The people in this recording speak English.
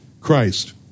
Christ